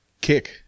kick